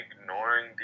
ignoring